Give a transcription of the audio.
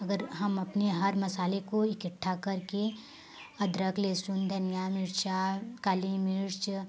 अगर हम अपने हर मसाले को इकट्ठा करके अदरक लहसुन धनिया मिर्चा काली मिर्च